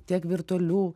tiek virtualių